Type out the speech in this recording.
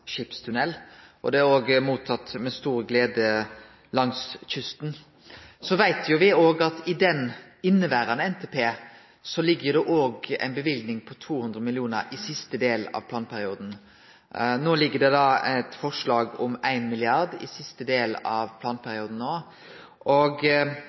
om Stad skipstunnel. Det er mottatt med stor glede langs kysten. Me veit også at det i den inneverande NTP-en ligg ei løyving på 2 mill. kr i siste del av planperioden. No ligg det føre eit forslag om 1 mrd. kr i siste del av